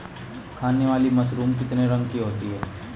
खाने वाली मशरूम कितने रंगों की होती है?